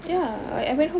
I see I see